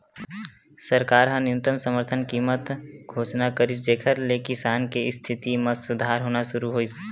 सरकार ह न्यूनतम समरथन कीमत घोसना करिस जेखर ले किसान के इस्थिति म सुधार होना सुरू होइस